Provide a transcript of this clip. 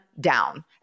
down